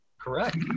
Correct